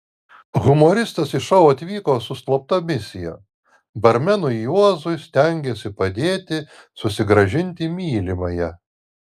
humoristas į šou atvyko su slapta misija barmenui juozui stengėsi padėti susigrąžinti mylimąją